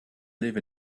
live